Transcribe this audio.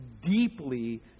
deeply